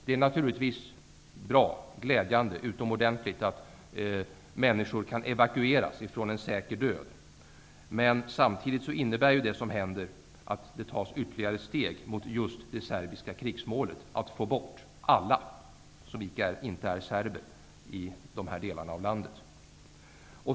Det är naturligtvis bra, glädjande, utomordentligt att människor kan evakueras från en säker död. Men samtidigt innebär ju det som händer att det tas ytterligare steg mot just det serbiska krigsmålet, att få bort alla som inte är serber i de här delarna av landet.